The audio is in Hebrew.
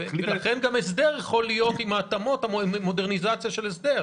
לכן גם הסדר יכול להיות עם ההתאמות ומודרניזציה לשל הסדר.